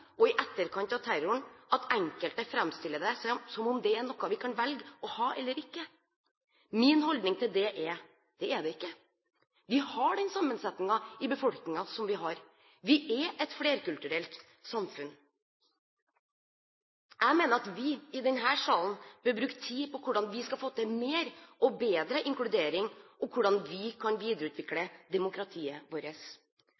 og i etterkant av terroren at enkelte framstiller det som om det er noe vi kan velge å ha eller ikke. Min holdning til det er: Det er det ikke. Vi har den sammensetningen i befolkningen som vi har. Vi er et flerkulturelt samfunn. Jeg mener at vi i denne salen bør bruke tid på hvordan vi skal få til mer og bedre inkludering, og hvordan vi kan